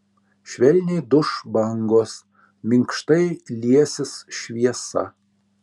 švelniai duš bangos minkštai liesis šviesa